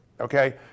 okay